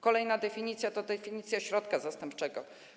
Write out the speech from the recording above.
Kolejna definicja to definicja środka zastępczego.